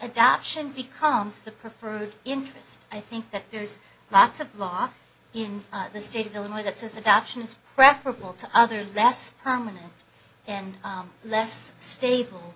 adoption becomes the preferred interest i think that there's lots of law in the state of illinois that says adoption is preferable to other less permanent and less stable